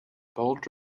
bold